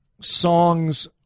songs –